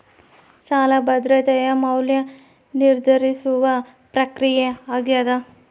ಸಾಲ ಭದ್ರತೆಯ ಮೌಲ್ಯ ನಿರ್ಧರಿಸುವ ಪ್ರಕ್ರಿಯೆ ಆಗ್ಯಾದ